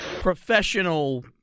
Professional